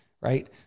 right